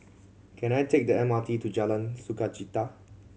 can I take the M R T to Jalan Sukachita